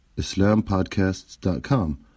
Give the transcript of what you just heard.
islampodcasts.com